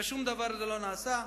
ושום דבר לא נעשה.